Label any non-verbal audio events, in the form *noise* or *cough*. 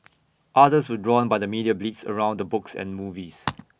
others were drawn by the media blitz around the books and movies *noise*